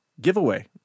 Giveaway